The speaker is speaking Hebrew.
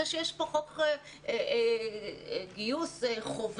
זה שיש פה חוק גיוס חובה,